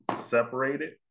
separated